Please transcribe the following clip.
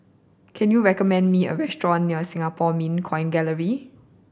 can you recommend me a restaurant near Singapore Mint Coin Gallery